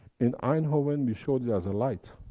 in eindhoven, we showed you as a light.